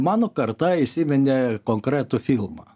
mano karta įsiminė konkretų filmą